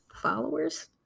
Followers